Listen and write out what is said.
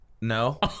no